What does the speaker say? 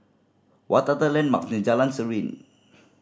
what are the landmark near Jalan Serene